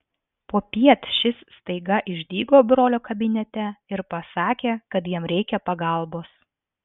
popiet šis staiga išdygo brolio kabinete ir pasakė kad jam reikia pagalbos